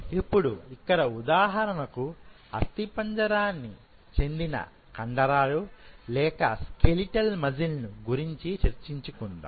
ఇప్పుడు ఇక్కడ ఉదాహరణకు అస్థిపంజరాన్ని చెందిన కండరాలు లేకస్కెలిటల్ మజిల్ ను గురించి చర్చించుకుందాం